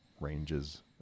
ranges